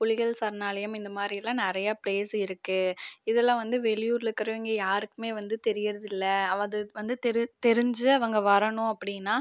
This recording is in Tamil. புலிகள் சரணாலயம் இந்த மாதிரியெல்லாம் நிறையா ப்ளேஸ் இருக்குது இதுல்லாம் வந்து வெளியூர்ல இருக்கிற இங்கே யாருக்குமே வந்து தெரியறதில்ல அது வந்து தெரிஞ்சு அவங்க வரணும் அப்படின்னா